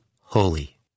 holy